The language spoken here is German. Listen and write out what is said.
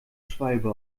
schwalbe